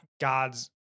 God's